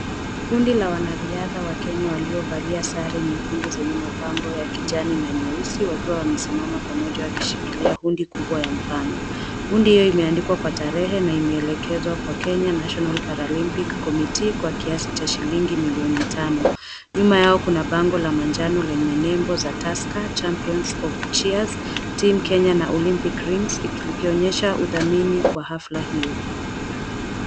Kundi la wanariadha wa Kenya waliovalia sare nyekundu zenye mapambo ya kijani na nyeusi wakiwa wamesimama pamoja wakishikilia hundi kubwa ya mfano. Hundi hiyo imeandkiwa kwa tarehe na imeelekezwa kwa Kenya National Paralympic Committee kwa kiasi cha shilingi milioni tano. Nyuma yao kuna bango la manjano lenye nembo za Tusker Champions of Cheers, Team Kenya na Olympic Rings ikionyehsa udhamini kwa hafla hiyo.